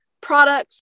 products